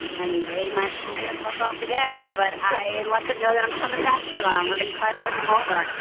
and they might tell me to fuck off again but i let them know that i'm coming back for them. we're gonna try to win them over.